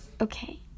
Okay